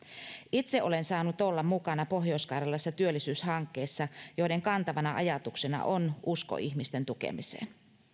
itse olen saanut olla mukana pohjois karjalassa työllisyyshankkeissa joiden kantavana ajatuksena on usko ihmisten tukemiseen